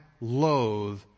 loathe